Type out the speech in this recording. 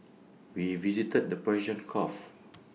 we visited the Persian gulf